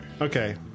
Okay